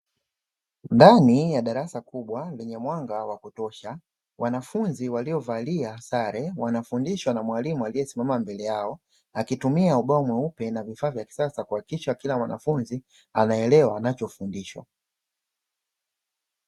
Ndani ya darasa kubwa lenye mwanga wa kutosha, Wanafunzi waliovalia sare wanafundishwa na mwalimu aliyesimama mbele yao, akitumia ubao mweupe na vifaa vya kisasa kuhakikisha kila mwanafunzi anaelewa anachofundishwa.